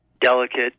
delicate